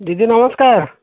ଦିଦି ନମସ୍କାର